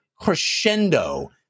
crescendo